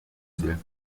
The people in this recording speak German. will